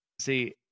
See